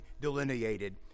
delineated